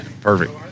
Perfect